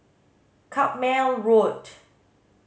Carpmael Road